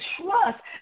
trust